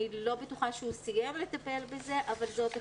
אני לא בטוחה שהוא סיים לטפל בזה אבל זאת הכוונה,